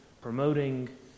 promoting